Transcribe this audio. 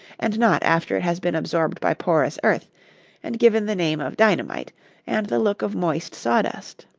and not after it has been absorbed by porous earth and given the name of dynamite and the look of moist sawdust.